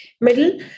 middle